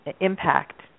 impact